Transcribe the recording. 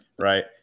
Right